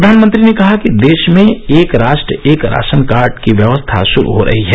प्रधानमंत्री ने कहा कि देश में एक राष्ट्र एक राशन कार्ड की व्यवस्था शुरू हो रही है